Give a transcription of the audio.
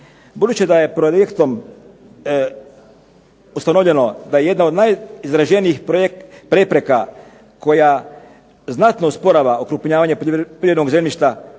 Budući da je projektom ustanovljeno da jedna od najizraženijih prepreka koja znatno usporava okrupnjavanje poljoprivrednog zemljišta